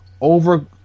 over